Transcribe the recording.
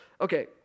okay